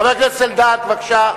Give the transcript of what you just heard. חבר הכנסת אלדד, בבקשה.